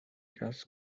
has